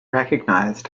recognized